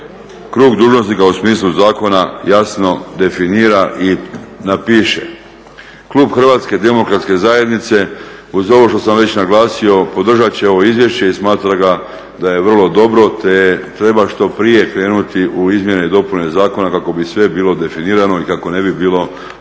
krug dužnosnika u smislu zakona jasno definira i napiše. Klub Hrvatske demokratske zajednice uz ovo što sam već naglasio podržati će ovo izvješće i smatra ga da je vrlo dobro te treba što prije krenuti u izmjene i dopune zakona kako bi sve bilo definirano i kako ne bi bilo